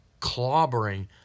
clobbering